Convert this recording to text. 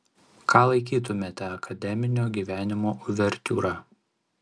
ką laikytumėte akademinio gyvenimo uvertiūra